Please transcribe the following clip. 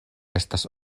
estas